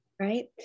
Right